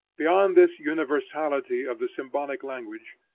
beyond this universality of the symbolic language,